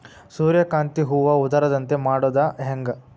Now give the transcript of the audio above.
ಸೂರ್ಯಕಾಂತಿ ಹೂವ ಉದರದಂತೆ ಮಾಡುದ ಹೆಂಗ್?